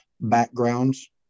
backgrounds